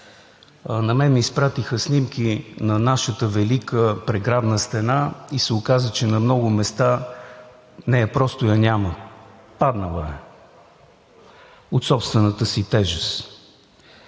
На мен ми изпратиха снимки на нашата велика преградна стена и се оказа, че на много места нея просто я няма, паднала е от собствената си тежест.